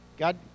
God